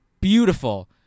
beautiful